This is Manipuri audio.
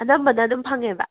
ꯑꯅꯝꯕꯅ ꯑꯗꯨꯝ ꯐꯪꯉꯦꯕ